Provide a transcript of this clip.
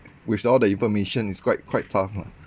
with all the information it's quite quite tough lah